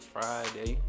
Friday